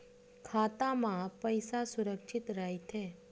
खाता मा पईसा सुरक्षित राइथे?